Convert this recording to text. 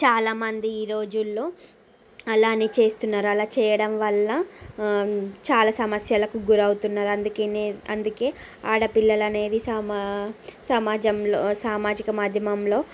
చాలా మంది ఈ రోజులలో అలానే చేస్తున్నారు అలా చేయడం వల్ల చాలా సమస్యలకు గురవుతున్నారు అందుకే నే అందుకే ఆడపిల్లలు అనేవి సమా సమాజంలో సామాజిక మాధ్యమంలో